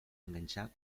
enganxar